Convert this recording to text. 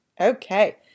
Okay